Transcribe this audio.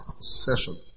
session